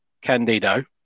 Candido